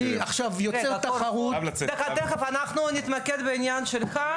אני עכשיו יוצר תחרות --- תיכף אנחנו נתמקד בעניין שלך.